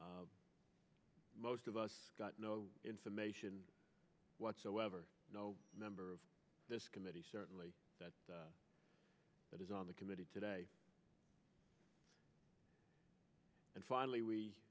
most of us got no information whatsoever no member of this committee certainly that is on the committee today and finally we